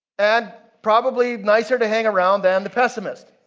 and probably nicer to hang around than the pessimist.